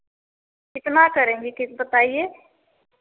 कितना करेंगी कि बताइए